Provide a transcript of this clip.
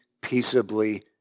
peaceably